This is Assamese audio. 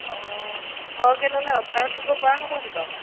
অঁ সৰহকৈ ল'লে অ'ফাৰত দিব পৰা হ'বনি বাৰু